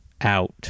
out